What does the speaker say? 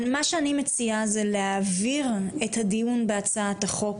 מה שאני מציעה זה להעביר את הדיון בהצעת החוק